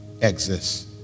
exists